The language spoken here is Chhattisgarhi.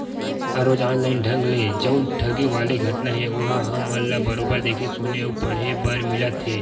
हर रोज ऑनलाइन ढंग ले जउन ठगी वाले घटना हे ओहा हमन ल बरोबर देख सुने अउ पड़हे बर मिलत हे